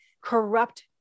corrupt